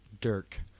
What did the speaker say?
Dirk